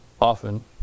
often